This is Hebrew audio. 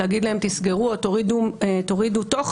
להגיד להם: תסגרו או תורידו תוכן